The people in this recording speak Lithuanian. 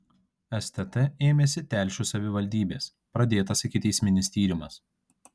stt ėmėsi telšių savivaldybės pradėtas ikiteisminis tyrimas